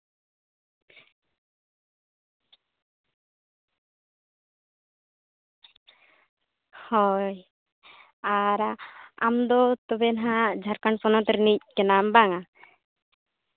ᱦᱳᱭ ᱟᱨ ᱟᱢ ᱫᱚ ᱛᱚᱵᱮ ᱱᱟᱦᱟᱜ ᱡᱷᱟᱨᱠᱷᱚᱱ ᱯᱚᱱᱚᱛ ᱨᱤᱱᱤᱡ ᱠᱟᱱᱟᱢ ᱵᱟᱝᱼᱟ